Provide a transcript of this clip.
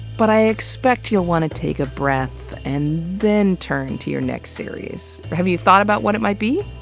but i expect you'll want to take a breath and then turn to your next series. have you thought about what it might be?